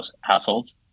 households